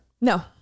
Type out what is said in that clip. No